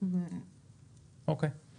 יש